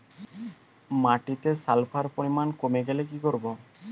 মাটিতে সালফার পরিমাণ কমে গেলে কি করব?